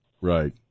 Right